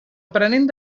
aprenent